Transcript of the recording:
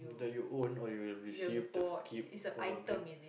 that you own or you received to keep or something